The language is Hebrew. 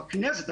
הכנסת,